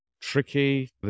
tricky